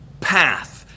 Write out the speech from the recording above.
path